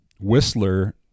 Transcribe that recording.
Whistler